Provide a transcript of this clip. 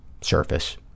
surface